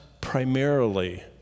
primarily